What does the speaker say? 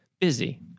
Busy